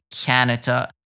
Canada